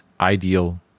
ideal